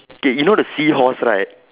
K you know the seahorse right